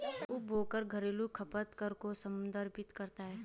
उपभोग कर घरेलू खपत कर को संदर्भित करता है